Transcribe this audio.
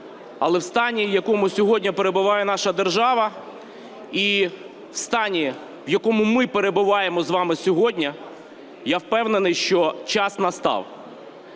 Але в стані, в якому сьогодні перебуває наша держава, і в стані, в якому ми перебуваємо з вами сьогодні, я впевнений, що час настав.